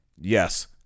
Yes